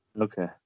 Okay